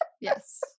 yes